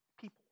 people